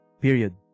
Period